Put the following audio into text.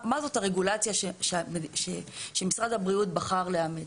מה זאת הרגולציה שמשרד הבריאות בחר לאמץ?